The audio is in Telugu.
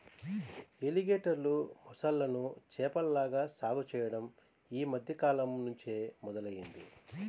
ఎలిగేటర్లు, మొసళ్ళను చేపల్లాగా సాగు చెయ్యడం యీ మద్దె కాలంనుంచే మొదలయ్యింది